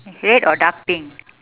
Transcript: red or dark pink